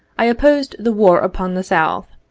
i opposed the war upon the south,